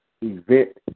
event